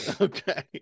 Okay